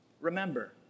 Remember